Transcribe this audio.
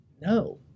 no